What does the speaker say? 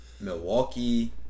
Milwaukee